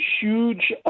huge